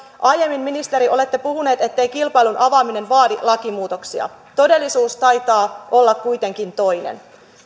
aiemmin ministeri olette puhunut ettei kilpailun avaaminen vaadi lakimuutoksia todellisuus taitaa olla kuitenkin toinen